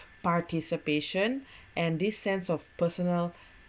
participation and this sense of personal